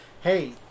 hey